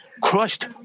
crushed